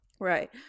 Right